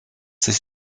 sich